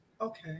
Okay